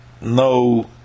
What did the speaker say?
no